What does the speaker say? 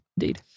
Indeed